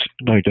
no